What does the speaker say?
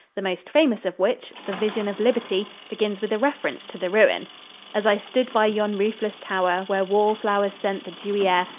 the most famous of which, the vision of liberty, begins with a reference to the ruin as i stood by yon roofless tower where wall flowers scent the dewy air,